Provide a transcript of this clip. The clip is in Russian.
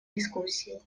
дискуссии